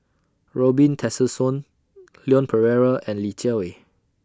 Robin Tessensohn Leon Perera and Li Jiawei